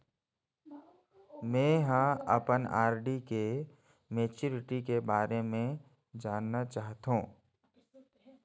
में ह अपन आर.डी के मैच्युरिटी के बारे में जानना चाहथों